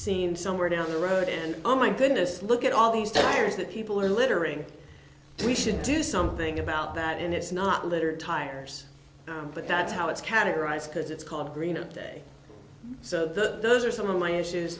seen somewhere down the road and oh my goodness look at all these tires that people are littering we should do something about that and it's not litter tires but that's how it's categorized because it's called green at that so those are some of my issues